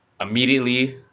Immediately